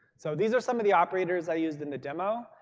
so these are some of the operators i used in the demo,